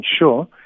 ensure